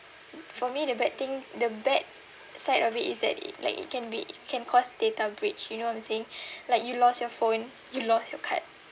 for me the bad thing the bad side of it is that it like it can be it can cause data breach you know what I'm saying like you lost your phone you lost your card